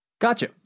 Gotcha